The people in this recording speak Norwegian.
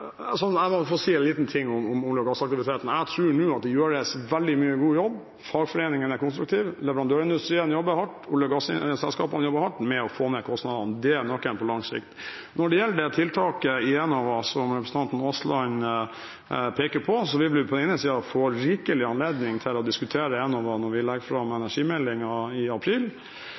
gjøres veldig mye god jobb nå – fagforeningene er konstruktive, leverandørindustrien jobber hardt, og olje- og gasselskapene jobber hardt med å få ned kostnadene. Det er nøkkelen på lang sikt. Når det gjelder tiltaket fra Enova som representanten Aasland peker på, vil vi på den ene siden få rikelig anledning til å diskutere Enova når vi legger fram